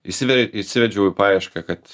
įsiveria įsivedžiau į paiešką kad